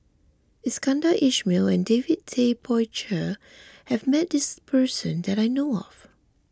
Iskandar Ismail and David Tay Poey Cher has met this person that I know of